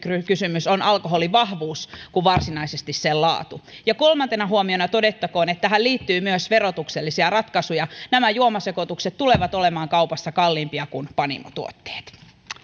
kysymys on alkoholin vahvuus kuin varsinaisesti sen laatu ja kolmantena huomiona todettakoon että tähän liittyy myös verotuksellisia ratkaisuja nämä juomasekoitukset tulevat olemaan kaupassa kalliimpia kuin panimotuotteet